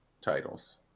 titles